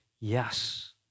yes